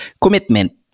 Commitment